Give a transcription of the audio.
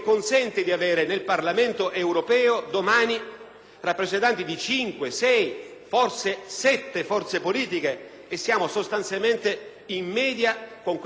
rappresentanti di cinque, sei, forse sette forze politiche, sostanzialmente in media con tutti gli altri grandi Paesi dell'Europa.